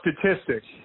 statistics